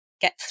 get